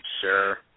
Sure